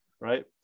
right